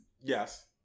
Yes